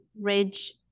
ridge